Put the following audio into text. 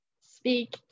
speak